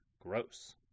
gross